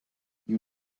you